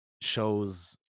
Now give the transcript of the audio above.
shows